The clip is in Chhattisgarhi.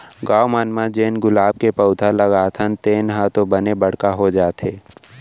गॉव मन म जेन गुलाब के पउधा लगाथन तेन ह तो बने बड़का हो जाथे